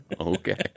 Okay